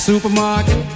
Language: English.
Supermarket